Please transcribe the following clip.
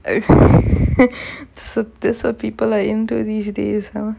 சொத்து:sothu so people I into these days ah